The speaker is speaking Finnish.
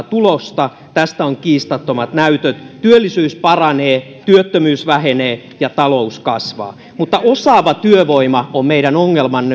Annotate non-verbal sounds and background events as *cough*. *unintelligible* tulosta tästä on kiistattomat näytöt työllisyys paranee työttömyys vähenee ja talous kasvaa mutta osaava työvoima on meidän ongelmamme *unintelligible*